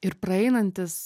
ir praeinantis